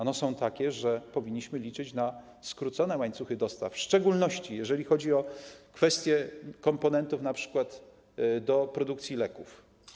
One są takie, że powinniśmy liczyć na skrócone łańcuchy dostaw, w szczególności jeżeli chodzi o kwestię komponentów, np. do produkcji leków.